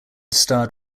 starred